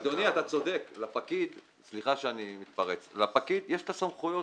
אדוני, סליחה שאני מתפרץ, אבל לפקיד יש סמכויות